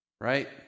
right